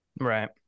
Right